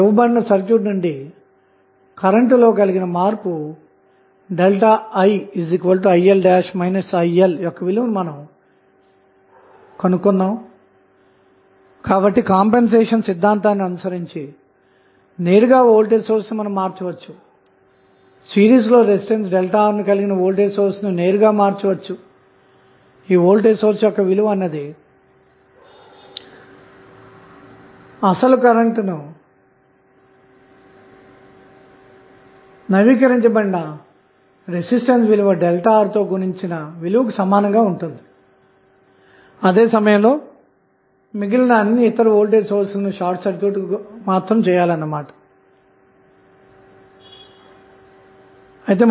అదేవిధంగాVth కోసం మీరు చేయవలసినది ఏమిటంటేమనకు సర్క్యూట్ లో ఒక 9 V సోర్స్ ఒక 2 ohm రెసిస్టెన్స్ 1 ohm రెసిస్టన్స్ ఆధారిత మైన వోల్టేజ్ సోర్స్ ఉన్నాయి మరియు చివరగా ఉన్న ఈ 4 ఓం రెసిస్టెన్స్ వలన సర్క్యూట్ పై ఎటువంటి ప్రభావం ఉండదు ఎందుకంటే టెర్మినల్స్ ఓపెన్ సర్క్యూట్ చేసాము కాబట్టి